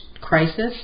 crisis